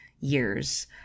years